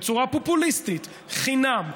בצורה פופוליסטית: חינם.